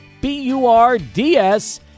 B-U-R-D-S